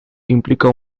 implica